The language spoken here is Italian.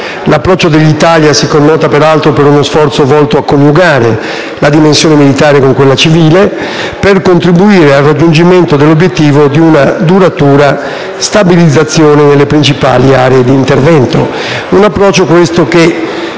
L'approccio dell'Italia si connota peraltro per uno sforzo volto a coniugare la dimensione militare con quella civile, per contribuire al raggiungimento dell'obiettivo di una duratura stabilizzazione nelle principali aree di intervento.